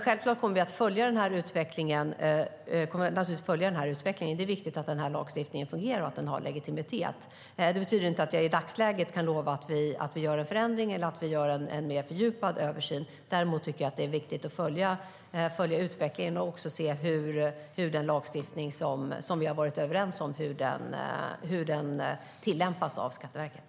Självklart kommer vi att följa denna utveckling. Det är viktigt att denna lagstiftning fungerar och att den har legitimitet. Det betyder inte att jag i dagsläget kan lova att vi gör en förändring eller att vi gör en mer fördjupad översyn. Däremot tycker jag att det är viktigt att följa utvecklingen och se hur den lagstiftning som vi har varit överens om tillämpas av Skatteverket.